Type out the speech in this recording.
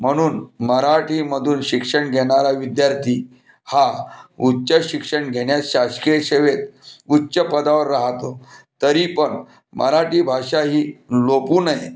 म्हणून मराठीमधून शिक्षण घेणारा विद्यार्थी हा उच्चशिक्षण घेण्यास शासकीय सेवेत उच्च पदावर राहतो तरी पण मराठी भाषा ही लोपू नये